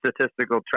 statistical